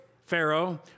Pharaoh